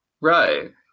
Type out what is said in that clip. right